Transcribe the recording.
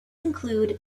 include